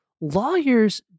lawyers